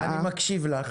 אני מקשיב לך